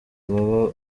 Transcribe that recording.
baba